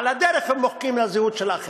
ועל הדרך הם מוחקים את הזהות של האחרים.